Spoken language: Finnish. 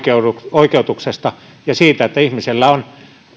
oikeutuksesta ja siitä että ihmisellä on